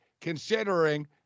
considering